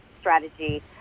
strategy